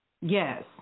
Yes